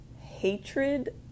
hatred